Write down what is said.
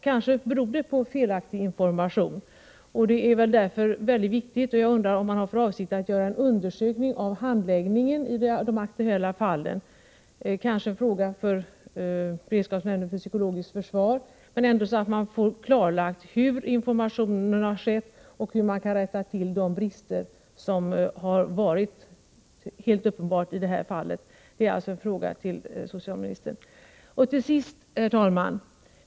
Kanske beror det på felaktig information, och jag undrar därför om man har för avsikt att göra en undersökning av handläggningen i de aktuella fallen. Det är kanske en uppgift för beredskapsnämnden för psykologiskt försvar. Under alla förhållanden bör det klarläggas hur informationen har lämnats och hur man kan komma till rätta med de brister som helt uppenbart förelegat i detta avseende. Det är en fråga till socialministern. Till sist, herr talman!